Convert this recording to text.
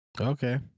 Okay